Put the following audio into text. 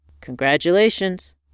Congratulations